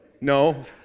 No